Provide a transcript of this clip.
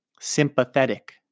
sympathetic